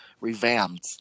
revamped